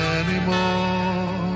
anymore